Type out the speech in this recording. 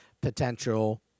potential